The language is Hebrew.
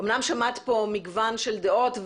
אומנם שמעת פה מגוון של דעות,